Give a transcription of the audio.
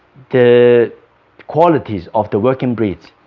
the qualities of the working breeds